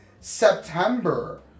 September